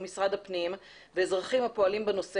משרד הפנים ואזרחים הפועלים בנושא,